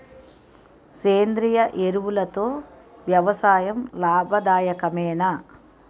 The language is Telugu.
సేంద్రీయ ఎరువులతో వ్యవసాయం లాభదాయకమేనా?